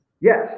Yes